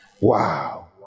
Wow